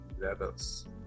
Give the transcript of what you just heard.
levels